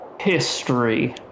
history